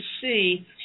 see